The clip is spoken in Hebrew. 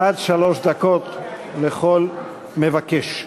עד שלוש דקות לכל מבקש.